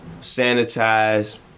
Sanitize